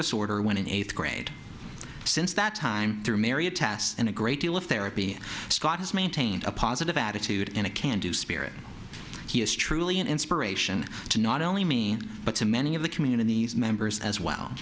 disorder when in eighth grade since that time through mary attests and a great deal of therapy scott has maintained a positive attitude and a can do spirit he is truly an inspiration to not only me but to many of the community's members as well